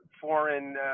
foreign